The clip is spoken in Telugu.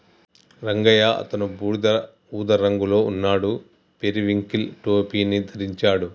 రంగయ్య అతను బూడిద ఊదా రంగులో ఉన్నాడు, పెరివింకిల్ టోపీని ధరించాడు